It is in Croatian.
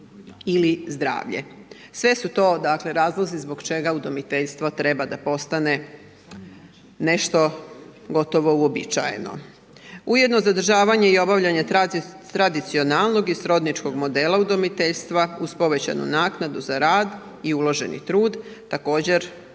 ili zdravlje. Sve su to razlozi zbog čega udomiteljstvo treba da postane nešto gotovo uobičajeno. Ujedno zadržavanje i obavljanje tradicionalnog i srodničkog modela udomiteljstva uz povećanu naknadu za rad i uloženi trud, također